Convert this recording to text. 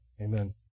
Amen